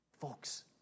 Folks